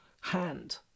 hand